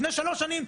לפני שלוש שנים,